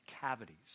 cavities